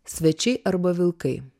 svečiai arba vilkai